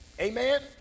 Amen